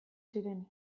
ziren